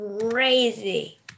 crazy